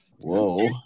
whoa